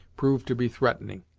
prove to be threatening.